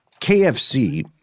KFC